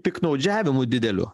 piktnaudžiavimu dideliu